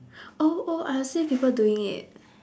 oh oh I have seen people doing it